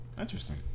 interesting